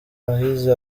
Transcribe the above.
wahize